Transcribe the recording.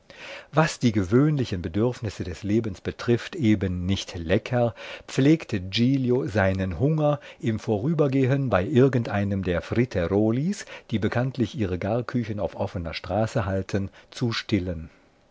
was die gewöhnlichen bedürfnisse des lebens betrifft eben nicht lecker pflegte giglio seinen hunger im vorübergehen bei irgendeinem der fritterolis die bekanntlich ihre garküchen auf offner straße halten zu stillen